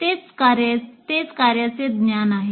तेच कार्यांचे ज्ञान आहे